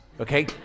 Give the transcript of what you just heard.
okay